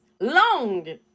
long